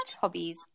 hobbies